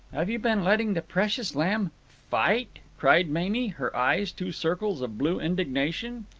have you been letting the precious lamb fight? cried mamie, her eyes two circles of blue indignation.